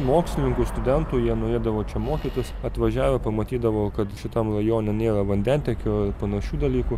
mokslininkų studentų jie norėdavo čia mokytis atvažiavę pamatydavo kad šitam rajone nėra vandentiekio ir panašių dalykų